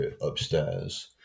upstairs